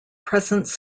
presence